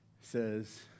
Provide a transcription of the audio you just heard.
says